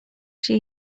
się